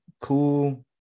cool